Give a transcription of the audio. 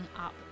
up